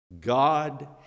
God